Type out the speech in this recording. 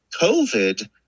COVID